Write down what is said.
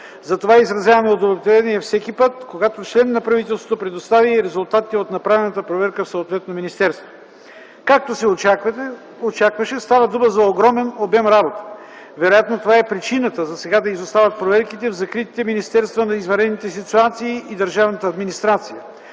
затова изразявам удовлетворение всеки път, когато член на правителството предостави резултати от направена проверка в съответно министерство. Както се очакваше, става дума за огромен обем работа. Вероятно това е причината засега да изостават проверките в закритите министерства на извънредните ситуации и държавната администрация.